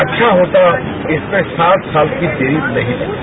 अच्छा होता इसमें सात साल की देरी नहीं होती